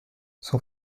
son